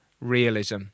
realism